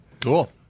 Cool